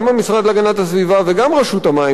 גם המשרד להגנת הסביבה וגם רשות המים,